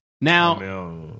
Now